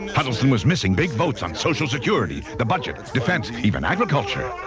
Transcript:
huddleston was missing big votes on social security, the budget, defense even agriculture.